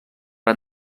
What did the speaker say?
han